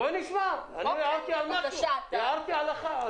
בואי נשמע, הערתי על הנקודה.